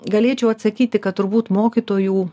galėčiau atsakyti kad turbūt mokytojų